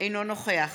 אינו נוכח